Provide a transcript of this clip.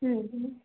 ಹ್ಞೂ ಹ್ಞೂ